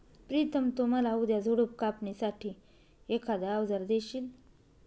प्रितम तु मला उद्या झुडप कापणी साठी एखाद अवजार देशील?